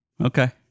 okay